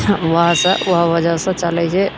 वहाँ से वह वजहसँ चलै छै